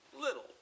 little